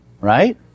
Right